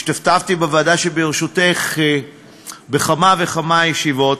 השתתפתי בוועדה שבראשותך בכמה וכמה ישיבות,